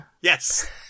Yes